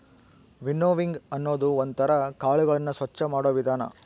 winnowing ಅನ್ನೋದು ಒಂದ್ ತರ ಕಾಳುಗಳನ್ನು ಸ್ವಚ್ಚ ಮಾಡೋ ವಿಧಾನ